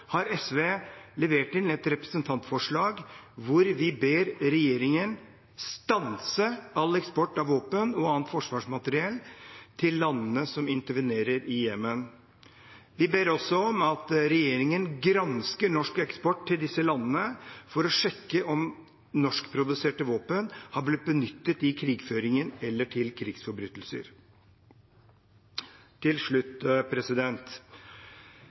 har SV levert inn et representantforslag hvor vi ber regjeringen stanse all eksport av våpen og annet forsvarsmateriell til landene som intervenerer i Jemen. Vi ber også om at regjeringen gransker norsk eksport til disse landene for å sjekke om norskproduserte våpen er blitt benyttet i krigføringen eller til krigsforbrytelser. Til slutt: